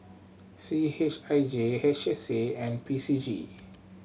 C H I J H S A and P C G